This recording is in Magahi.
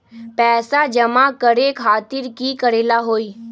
पैसा जमा करे खातीर की करेला होई?